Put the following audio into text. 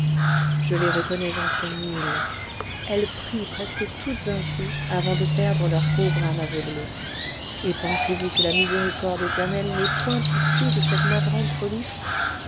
je les reconnais entre mille elles prient presque toutes ainsi avant de perdre leur pauvre âme aveuglée et pensez-vous que la miséricorde éternelle n'ait point pitié de cette navrante folie